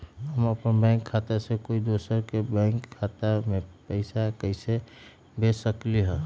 हम अपन बैंक खाता से कोई दोसर के बैंक खाता में पैसा कैसे भेज सकली ह?